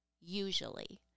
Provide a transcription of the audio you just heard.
usually